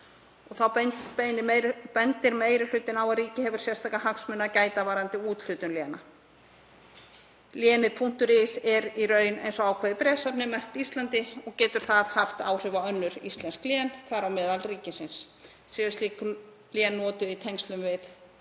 Þá bendir meiri hlutinn á að ríkið hefur sérstakra hagsmuna að gæta varðandi úthlutun léna. Lénið .is er í raun eins og ákveðið bréfsefni merkt Íslandi og getur það haft áhrif á önnur íslensk lén, þar á meðal ríkisins, séu slík lén notuð í tengslum við